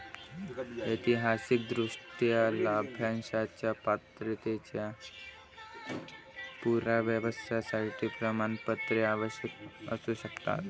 ऐतिहासिकदृष्ट्या, लाभांशाच्या पात्रतेच्या पुराव्यासाठी प्रमाणपत्रे आवश्यक असू शकतात